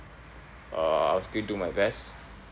uh I'll still do my best